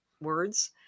words